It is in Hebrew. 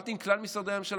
עבדתי עם כלל משרדי הממשלה.